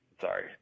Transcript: Sorry